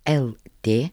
l t